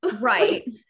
Right